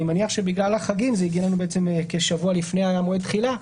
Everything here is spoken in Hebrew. אני מניח שבגלל החגים זה הגיע אלינו בעצם כשבוע לפני מועד התחילה.